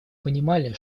понимали